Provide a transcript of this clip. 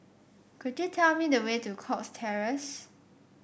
could you tell me the way to Cox Terrace